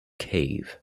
cave